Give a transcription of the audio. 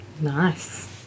Nice